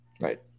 Right